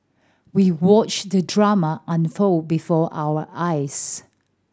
we watched the drama unfold before our eyes